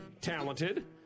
talented